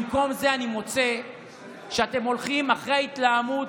במקום זה אני מוצא שאתם הולכים אחרי התלהמות